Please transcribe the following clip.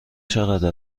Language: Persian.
چقدر